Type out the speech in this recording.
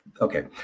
Okay